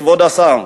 כבוד השר.